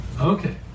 Okay